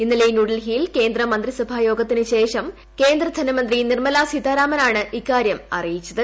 ഇന്നലെ ന്യൂഡൽഹിയിൽ കേന്ദ്ര മന്ത്രിസഭായോഗത്തിന് ശേഷം കേന്ദ്ര ധനമന്ത്രി നിർമ്മല സീതാരാമനാണ് ഇക്കാര്യം അറിയിച്ചത്